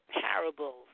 parables